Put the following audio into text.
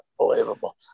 unbelievable